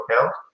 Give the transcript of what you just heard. account